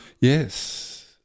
Yes